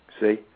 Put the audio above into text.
see